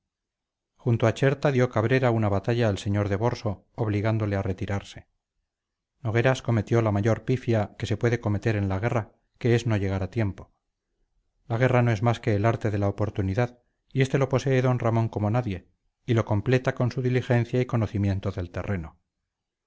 junto a cherta dio cabrera una batalla al sr de borso obligándole a retirarse nogueras cometió la mayor pifia que se puede cometer en la guerra que es no llegar a tiempo la guerra no es más que el arte de la oportunidad y este lo posee d ramón como nadie y lo completa con su diligencia y conocimiento del terreno